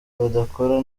badakora